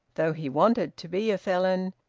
though he wanted to be a felon,